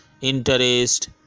interest